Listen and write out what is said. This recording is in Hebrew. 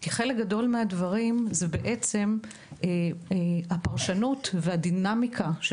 כי חלק גדול מהדברים זה בעצם הפרשנות והדינמיקה של